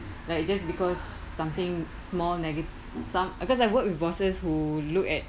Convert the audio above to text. like just because something small nega~ some because I work with bosses who looked at